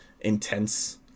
intense